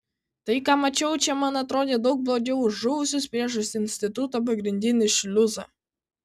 tai ką mačiau čia man atrodė daug blogiau už žuvusius priešais instituto pagrindinį šliuzą